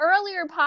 earlier